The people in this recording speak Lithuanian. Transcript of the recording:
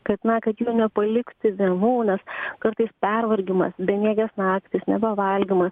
kad na kad jų nepalikti vienų nes kartais pervargimas bemiegės naktys nebevalgymas